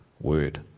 word